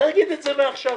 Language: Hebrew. שיגידו את זה כבר מעכשיו.